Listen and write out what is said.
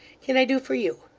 can i do for you?